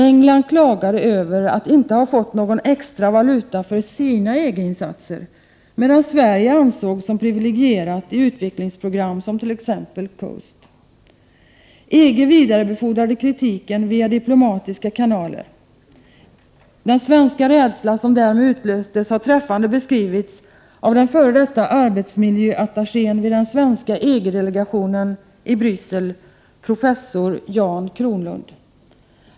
England klagade över att inte ha fått någon extra valuta för sina EG-insatser, medan Sverige ansågs som privilegierat i utvecklingsprogram som t.ex. Cost. EG vidarebefordrade kritiken via diplomatiska kanaler. Den svenska rädsla som därmed utlöstes har träffande beskrivits av den f.d. arbetsmiljöattachén vid den svenska EG-delegationen i Bryssel, professor Jan Kronlund.